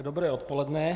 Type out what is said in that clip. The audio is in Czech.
Dobré odpoledne.